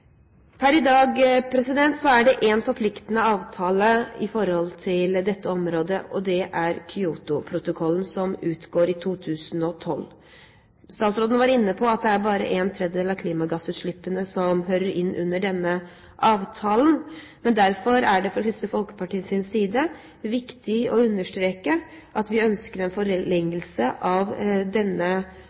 Per i dag er det én forpliktende avtale på dette området, og det er Kyotoprotokollen, som utgår i 2012. Statsråden var inne på at det bare er en tredjedel av klimagassutslippene som hører inn under denne avtalen. Derfor er det fra Kristelig Folkepartis side viktig å understreke at vi ønsker en forlengelse av denne